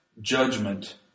judgment